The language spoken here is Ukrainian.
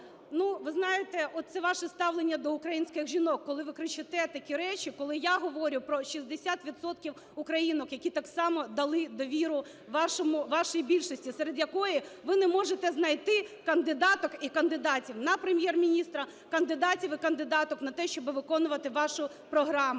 ви знаєте, оце ваше ставлення до українських жінок, коли ви кричите такі речі, коли я говорю про 60 відсотків українок, які так само дали довіру вашій більшості, серед якої ви не можете знайти кандидаток і кандидатів на Прем'єр-міністра, кандидатів і кандидаток на те, щоби виконувати вашу програму.